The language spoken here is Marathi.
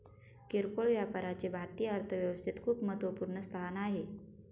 किरकोळ व्यापाराचे भारतीय अर्थव्यवस्थेत खूप महत्वपूर्ण स्थान आहे